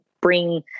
bring